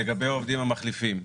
לגבי העובדים המחליפים,